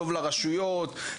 טוב לרשויות,